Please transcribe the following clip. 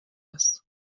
است